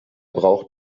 braucht